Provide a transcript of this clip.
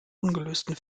ungelösten